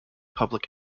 public